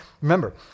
remember